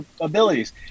abilities